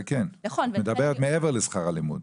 את מדברת מעבר לשכר הלימוד.